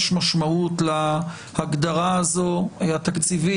יש משמעות להגדרה הזאת התקציבית.